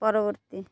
ପରବର୍ତ୍ତୀ